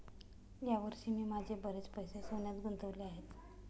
या वर्षी मी माझे बरेच पैसे सोन्यात गुंतवले आहेत